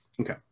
okay